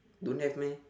don't have meh